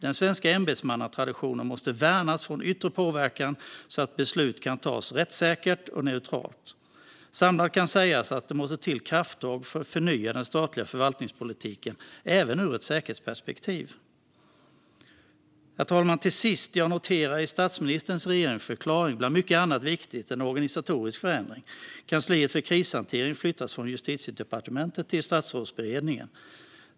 Den svenska ämbetsmannatraditionen måste värnas från yttre påverkan, så att beslut kan tas rättssäkert och neutralt. Samlat kan sägas att det måste till krafttag för att förnya den statliga förvaltningspolitiken även ur ett säkerhetsperspektiv. Herr talman! Jag noterar i statsministerns regeringsförklaring, bland mycket annat viktigt, en organisatorisk förändring. Kansliet för krishantering flyttas från Justitiedepartementet till Statsrådsberedningen.